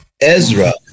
Ezra